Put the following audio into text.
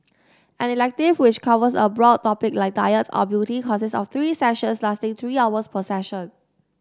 an elective which covers a broad topic like diet or beauty consists of three sessions lasting three hours per session